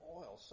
oil